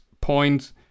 point